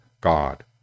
God